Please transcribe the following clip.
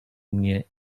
mnie